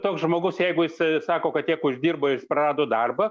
toks žmogus jeigu jis sako kad tiek uždirba ir jis prarado darbą